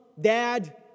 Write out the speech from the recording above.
dad